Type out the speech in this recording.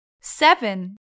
seven